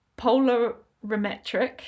polarimetric